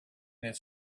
his